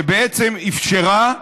שבעצם אפשרה,